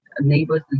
neighbors